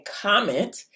comment